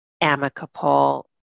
amicable